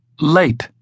late